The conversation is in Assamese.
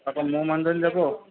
আকৌ মোৰ মানুহজনী যাব